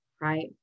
right